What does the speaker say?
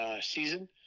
season